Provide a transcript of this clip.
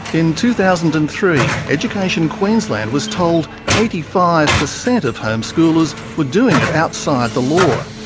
in two thousand and three, education queensland was told eighty five per cent of homeschoolers were doing it outside the law.